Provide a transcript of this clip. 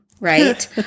Right